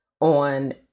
on